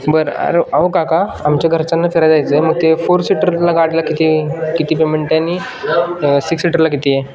बरं अरे अहो काका आमच्या घरच्यांना फिरायला जायचं आहे मग ते फोर सीटरला गाडीला किती किती पेमेंट आहे आणि सिक्स सीटरला किती आहे